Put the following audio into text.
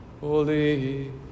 Holy